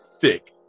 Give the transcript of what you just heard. thick